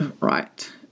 right